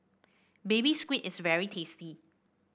Baby Squid is very tasty